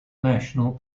national